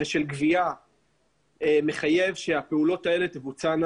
ושל גבייה מחייב שהפעולות הללו תבוצענה